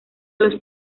los